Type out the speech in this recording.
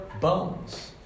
bones